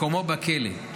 מקומו בכלא.